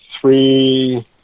three